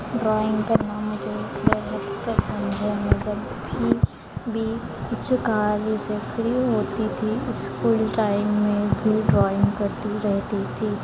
drawing करना मुझे बहुत पसंद है मैं जब भी भी कुछ कार्य से फ़्री होती थी इस्कूल टाइम में भी ड्रॉइंग करती रहती थी